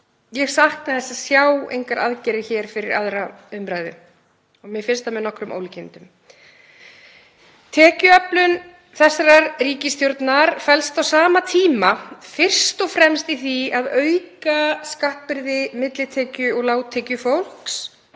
ég sakna þess að sjá engar aðgerðir hér fyrir 2. umr. Mér finnst það með nokkrum ólíkindum. Tekjuöflun þessarar ríkisstjórnar felst á sama tíma fyrst og fremst í því að auka skattbyrði millitekjufólks og lágtekjufólks